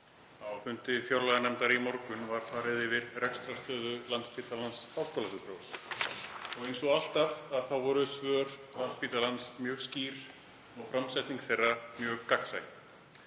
Á fundi fjárlaganefndar í morgun var farið yfir rekstrarstöðu Landspítala – háskólasjúkrahúss og eins og alltaf voru svör Landspítalans mjög skýr og framsetning þeirra mjög gagnsæ.